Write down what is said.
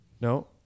no